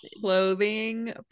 clothing